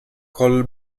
col